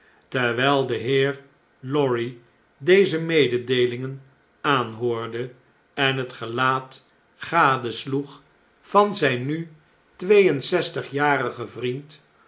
terwjjl de heer lorry deze mededeelingen aanhoorde en het gelaat gadesloeg van zjjn nu twee en zestigjarigen vriend